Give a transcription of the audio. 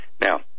Now